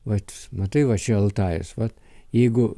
vat matai va čia altajus vat jeigu